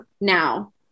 now